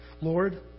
Lord